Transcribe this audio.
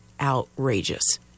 Outrageous